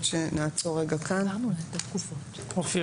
אופיר,